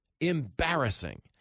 Embarrassing